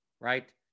right